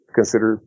consider